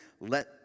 let